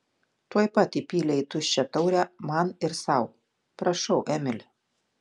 tuoj pat įpylė į tuščią taurę man ir sau prašau emili